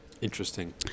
Interesting